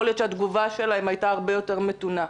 להיות שהתגובה שלהם הייתה הרבה יותר מתונה.